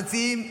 המציעים,